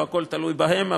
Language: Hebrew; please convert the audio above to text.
לא הכול תלוי בהם,